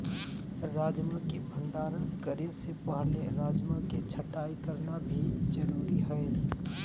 राजमा के भंडारण करे से पहले राजमा के छँटाई करना भी जरुरी हय